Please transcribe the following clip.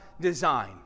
design